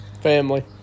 family